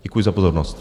Děkuji za pozornost.